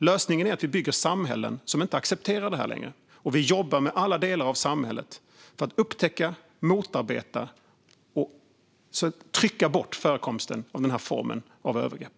Lösningen är att vi bygger samhällen som inte accepterar det här längre och att vi jobbar med alla delar av samhället för att upptäcka, motarbeta och trycka bort förekomsten av den här formen av övergrepp.